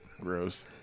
Gross